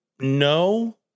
No